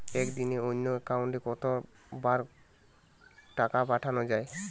একদিনে অন্য একাউন্টে কত বার টাকা পাঠানো য়ায়?